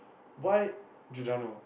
why Giordano